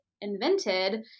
invented